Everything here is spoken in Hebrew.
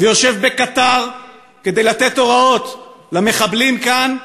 ויושב בקטאר כדי לתת הוראות למחבלים כאן,